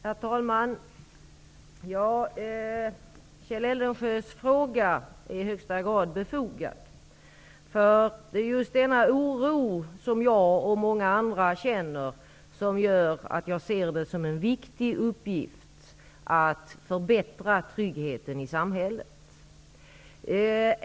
Herr talman! Kjell Eldensjös fråga är i högsta grad befogad. Det är just denna oro, som jag och många andra känner, som gör att jag ser det som en viktig uppgift att förbättra tryggheten i samhället.